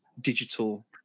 digital